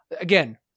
Again